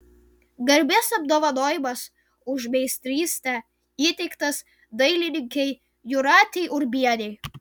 garbės apdovanojimas už meistrystę įteiktas dailininkei jūratei urbienei